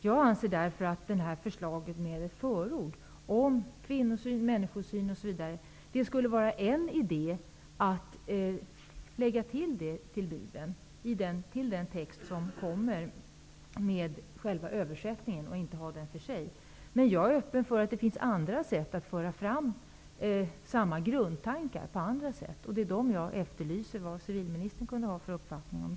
Jag anser därför att ett förord om kvinnosyn och människosyn osv. i anslutning till själva översättningen och inte för sig vore en idé. Jag är öppen för att det finns andra sätt att föra fram samma grundtankar. Det är dem jag vill höra civilministerns uppfattning om.